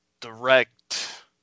direct